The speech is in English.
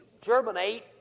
germinate